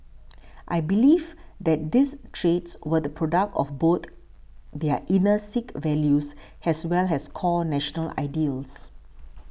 I believe that these traits were the product of both their inner Sikh values as well as core national ideals